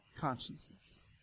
consciences